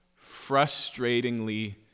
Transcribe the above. frustratingly